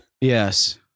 Yes